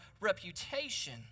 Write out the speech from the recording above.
reputation